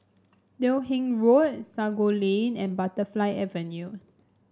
Teo Hong Road Sago Lane and Butterfly Avenue